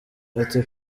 ati